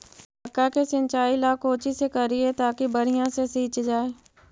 मक्का के सिंचाई ला कोची से करिए ताकी बढ़िया से सींच जाय?